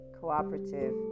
cooperative